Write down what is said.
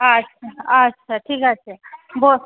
আচ্ছা আচ্ছা ঠিক আছে বল